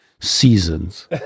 seasons